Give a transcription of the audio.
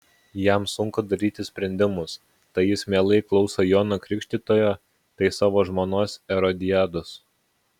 jam sunku daryti sprendimus tai jis mielai klauso jono krikštytojo tai savo žmonos erodiados